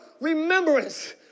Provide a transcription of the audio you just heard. remembrance